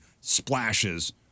splashes